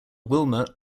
wilmot